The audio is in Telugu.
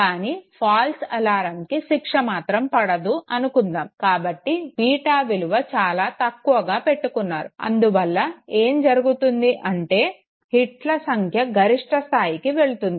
కానీ ఫాల్స్ అలారంకి శిక్ష మాత్రం పడదు అనుకుందాము కాబట్టి బీటా విలువ చాలా తక్కువగా పెట్టుకుంటారు అందువల్ల ఏం జరుగుతుంది అంటే హిట్ల సంఖ్య గరిష్ట స్థాయికి వెళుతుంది